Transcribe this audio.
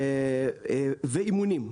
ואימונים.